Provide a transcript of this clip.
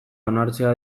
onartzea